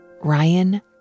Ryan